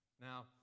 Now